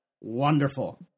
Wonderful